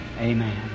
Amen